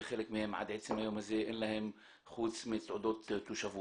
וחלק מהם עד עצם היום הזה אין להם חוץ מתעודות תושבות.